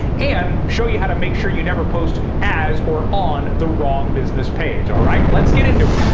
and show you how to make sure you never post as or on the wrong business page, alright? let's get into it